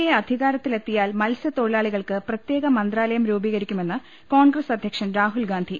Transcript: A അധികാരത്തിൽ എത്തിയാൽ മത്സ്യത്തൊഴിലാളി കൾക്ക് പ്രത്യേക മന്ത്രാലയം രൂപീകരിക്കുമെന്ന് കോൺഗ്രസ് അധ്യക്ഷൻ രാഹുൽ ഗാന്ധി